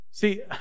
See